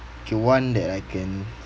K one that I can